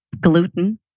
gluten